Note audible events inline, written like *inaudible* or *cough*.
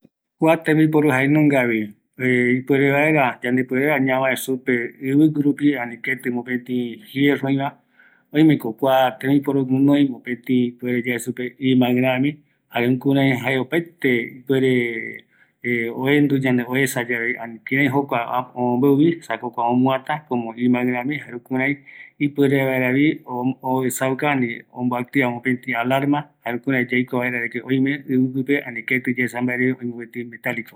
﻿Kua tembiporu jaenungavi *hesitation* ipere vaera, yande puere vaera ñavae supe ivigui rupi, ani keti mopeti fierro oiva, oimeko kua tembiporu guinoi mopeti ipuere yae supe iman rri, jare jae jukurai opaete ipuere *hesitation* oenduyave, oesayave, ani kirai jokua ápo ombombeuvi, esako kua omoata komo iman rami jaema jukurai ipuere vaeravi o oesauka ani omboactiva mopeti alarma, jare jokurai yaikua vaera de que oime iviguipe ani keti yaesa mbae reve oime jokope metaliko